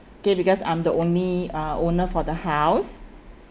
okay because I'm the only uh owner for the house